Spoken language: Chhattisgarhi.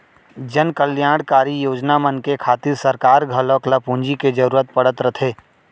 जनकल्यानकारी योजना मन के खातिर सरकार घलौक ल पूंजी के जरूरत पड़त रथे